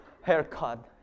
haircut